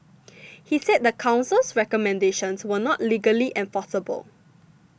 he said the Council's recommendations were not legally enforceable